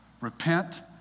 Repent